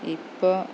ഇപ്പോൾ